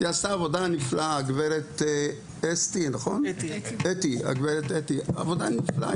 הגברת אתי עשתה עבודה נפלאה.